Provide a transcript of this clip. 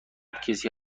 کسی